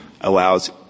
allows